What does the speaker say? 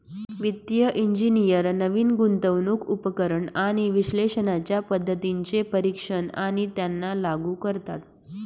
वित्तिय इंजिनियर नवीन गुंतवणूक उपकरण आणि विश्लेषणाच्या पद्धतींचे परीक्षण आणि त्यांना लागू करतात